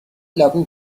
لبو